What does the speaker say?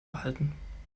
behalten